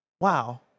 Wow